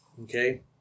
Okay